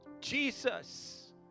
Jesus